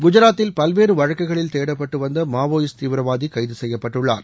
குஐராத்தில் பல்வேறு வழக்குகளில் தேடப்பட்டு வந்த மாவோயிஸ்ட் தீவிரவாதி கைக செய்யப்பட்டுள்ளார்